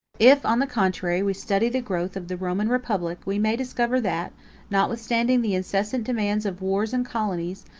if, on the contrary, we study the growth of the roman republic, we may discover, that, notwithstanding the incessant demands of wars and colonies,